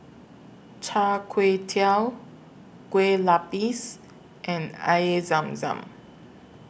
Char Kway Teow Kue Lupis and Air Zam Zam